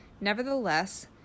Nevertheless